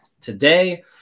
today